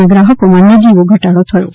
ના ગ્રાહકોમાં નજીવો ઘટાડો થયો હતો